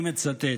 אני מצטט: